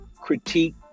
critique